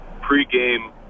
pre-game